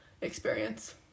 experience